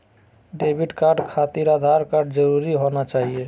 Debit card खातिर Aadhaar card जरूरी होना चाहिए?